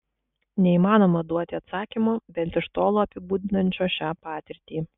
neįmanoma duoti atsakymo bent iš tolo apibūdinančio šią patirtį